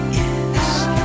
yes